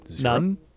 None